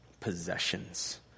possessions